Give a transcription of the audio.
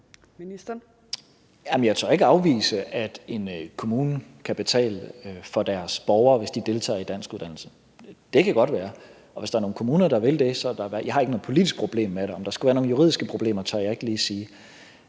Jeg tør ikke afvise, at en kommune kan betale for deres borgere, hvis de deltager i danskuddannelse – det kan godt være – og hvis der er nogle kommuner, der vil det, så har jeg ikke noget politisk problem med det. Om der skulle være nogle juridiske problemer, tør jeg ikke lige sige.